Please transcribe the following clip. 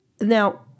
Now